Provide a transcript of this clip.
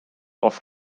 off